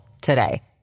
today